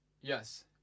Yes